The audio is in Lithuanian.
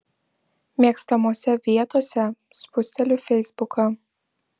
mėgstamose vietose spusteliu feisbuką